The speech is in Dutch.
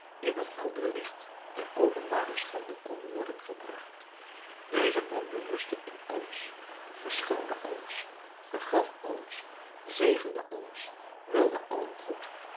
in het helder licht der openbare schande kon worden gebracht deze man berustte in alles verschoonde alles vergaf alles zegende alles wilde allen goed